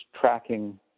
tracking